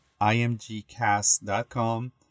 imgcast.com